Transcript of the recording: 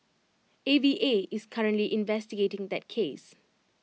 A V A is currently investigating that case